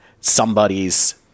somebody's